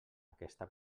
aquesta